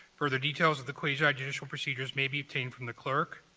further details of the quasi-judicial procedures may be obtained from the clerk.